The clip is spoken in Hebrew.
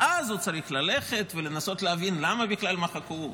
ואז הוא צריך ללכת ולנסות להבין למה בכלל מחקו,